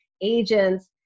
agents